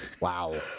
Wow